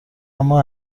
اما